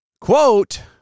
Quote